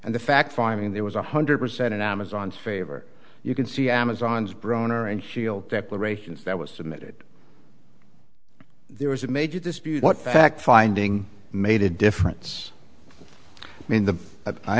and the fact finding there was one hundred percent in amazon's favor you can see amazon's broner and shield declarations that was submitted there was a major dispute what fact finding made a difference in the but i